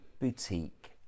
boutique